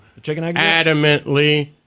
adamantly